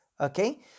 Okay